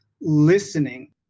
listening